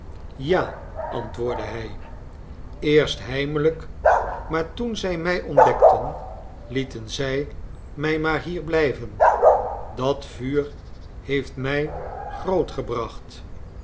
ja antwoordde hij eerst heimelijk maar toen zij mij ontdekten lieten zij mij maar hier blijven dat vuur heeft mij grootgebracht